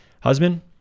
husband